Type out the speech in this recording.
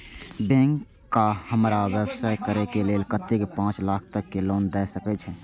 Bank का हमरा व्यवसाय करें के लेल कतेक पाँच लाख तक के लोन दाय सके छे?